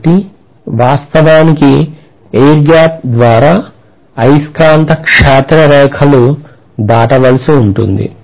కాబట్టి వాస్తవానికి air gap ద్వారా అయస్కాంత క్షేత్ర రేఖలు దాటవలసి ఉంటుంది